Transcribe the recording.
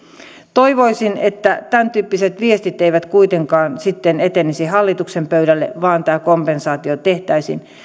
toivoisin että tämäntyyppiset viestit eivät kuitenkaan sitten etenisi hallituksen pöydälle vaan että tämä kompensaatio tehtäisiin